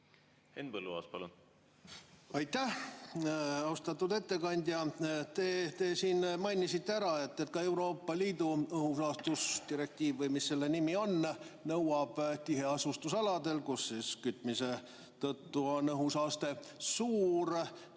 Henn Põlluaas, palun! Aitäh! Austatud ettekandja! Te siin mainisite, et ka Euroopa Liidu õhusaastusdirektiiv või mis selle nimi on, nõuab tiheasustusaladel, kus kütmise tõttu on õhusaaste suur,